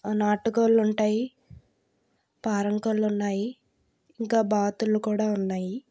నాటు కోళ్ళుంటాయి పారం కోళ్లు ఉన్నాయి ఇంకా బాతులు కూడా ఉన్నాయి